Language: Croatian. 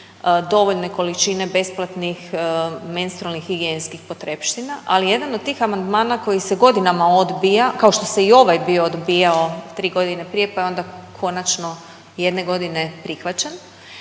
dovoljne količine besplatnih menstrualnih, higijenskih potrepština ali jedan od tih amandmana koji se godinama odbija kao što se i ovaj bio odbijao tri godine prije pa je onda konačno jedne godine prihvaćen